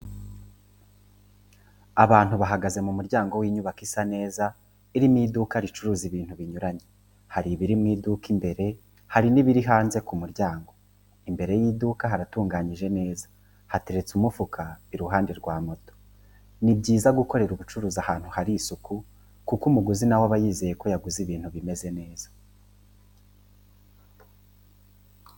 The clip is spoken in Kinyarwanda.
Abantu bagagaze mu muryango w'inyubako isa neza irimo iduka ricuruza ibintu binyuranye hari ibiri mw'iduka imbere hari n'ibindi biri hanze ku muryango, imbere y'iduka haratunganyije neza hateretse umufuka iruhande rwa moto. Ni byiza gukorera ubucuruzi ahantu hari isuku kuko umuguzi nawe aba yizeye ko yaguze ibintu bimeze neza.